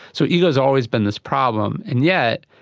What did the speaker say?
so ego has always been this problem. and yet,